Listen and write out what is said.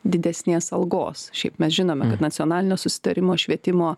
didesnės algos šiaip mes žinome kad nacionalinio susitarimo švietimo